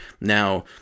Now